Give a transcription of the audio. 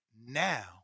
now